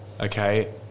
Okay